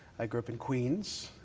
i grew up in queens,